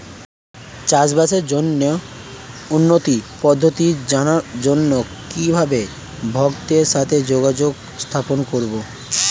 চাষবাসের জন্য উন্নতি পদ্ধতি জানার জন্য কিভাবে ভক্তের সাথে যোগাযোগ স্থাপন করব?